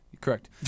correct